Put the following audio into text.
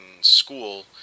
school